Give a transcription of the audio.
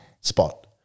spot